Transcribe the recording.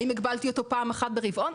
האם פעם אחת ברבעון,